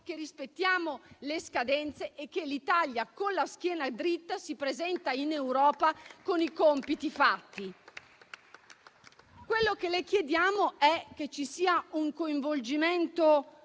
che rispettiamo le scadenze e che l'Italia, con la schiena dritta, si presenta in Europa con i compiti fatti. Quello che le chiediamo è che ci sia un coinvolgimento